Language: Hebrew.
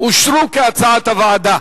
כהצעת הוועדה.